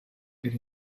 per